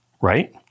right